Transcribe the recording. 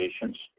patients